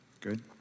Good